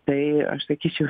tai aš sakyčiau